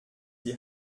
die